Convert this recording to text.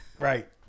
Right